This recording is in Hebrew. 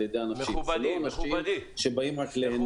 ידי אנשים ואלה לא אנשים שבאים רק ליהנות.